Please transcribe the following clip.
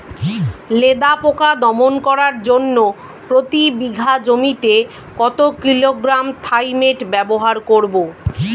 লেদা পোকা দমন করার জন্য প্রতি বিঘা জমিতে কত কিলোগ্রাম থাইমেট ব্যবহার করব?